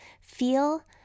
feel